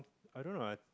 I don't know ah